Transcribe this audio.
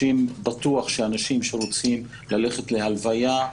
בטוח שאנשים שרוצים ללכת ללוויה,